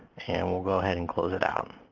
and we'll go ahead and close it out.